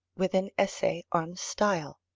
with an essay on style,